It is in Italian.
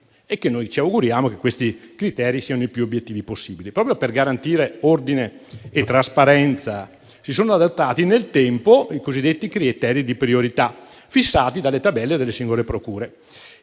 che noi ci auguriamo essere i più obiettivi possibili. Proprio per garantire ordine e trasparenza si sono adottati nel tempo i cosiddetti criteri di priorità fissati dalle tabelle delle singole procure.